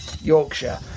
Yorkshire